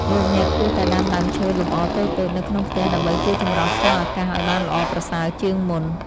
លោកអ្នកគួរតែដាំដើមឈើលម្អតូចៗនៅក្នុងផ្ទះដើម្បីជួយចម្រោះខ្យល់អាកាសឱ្យបានល្អប្រសើរជាងមុន។